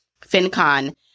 FinCon